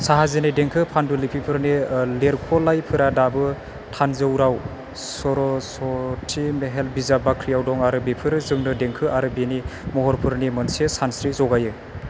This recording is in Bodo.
शाहाजीनि देंखो पान्डुलिपिफोरनि लिरख'लायफोरा दाबो तान्जौराव सरस्वति मेहेल बिजाब बाख्रियाव दं आरो बेफोरो जोंनो देंखो आरो बेनि महरफोरनि मोनसे सानस्रि जगायो